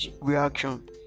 reaction